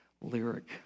lyric